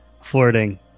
flirting